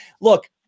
look